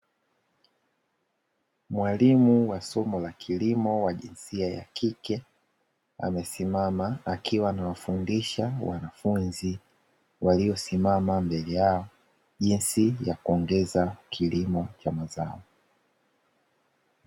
Mwalimu wa somo la kilimo wa jinsia ya kike, amesimama akiwa anawafundisha wanafunzi waliosimama mbele yao, jinsi ya kuongeza kilimo cha mazao.